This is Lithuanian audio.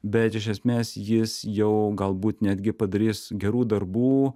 bet iš esmės jis jau galbūt netgi padarys gerų darbų